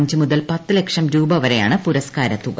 അഞ്ച് മുതൽ പത്ത് ലക്ഷം രൂപ വരെയാണ് പുരസ്കാര തുക